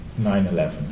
9-11